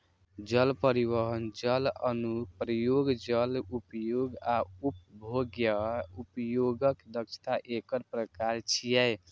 जल परिवहन, जल अनुप्रयोग, जल उपयोग आ उपभोग्य उपयोगक दक्षता एकर प्रकार छियै